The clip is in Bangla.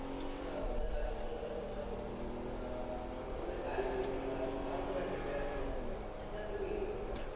বিশেষ করে আমাদের রাজ্য সরকার যেসব রোডে গাড়ি বিক্রি হয় তারপরে একটা ট্যাক্স ধরে সেখান থেকেও ইনকাম করে